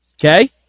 Okay